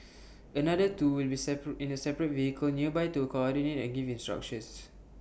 another two will in A separate vehicle nearby to coordinate and give instructions